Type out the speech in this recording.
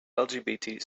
lgbt